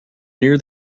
near